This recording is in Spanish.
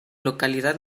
localidad